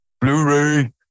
Blu-ray